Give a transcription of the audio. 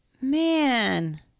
man